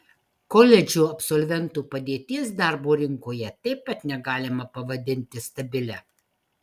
koledžų absolventų padėties darbo rinkoje taip pat negalima pavadinti stabilia